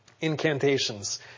incantations